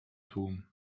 tłum